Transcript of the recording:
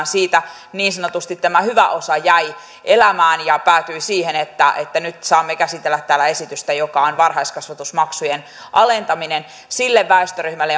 siitä niin sanotusti tämä hyvä osa jäi elämään ja päätyi siihen että että nyt saamme käsitellä täällä esitystä joka on varhaiskasvatusmaksujen alentaminen sille väestöryhmälle